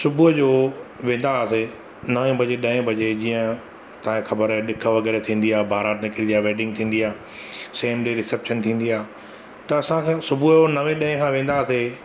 सुबुह जो वेंदा हुआसीं नव बजे ॾहें बजे जीअं तांखे ख़बरु आहे ॾिख वग़ैरह थींदी आहे बारात निकिरिंदी आहे या वैडिग थींदी आहे सेम ॾे रिसैप्शन थींदी आहे त असां सभु सुबुह जो नवे ॾहें खां वेंदा आहे से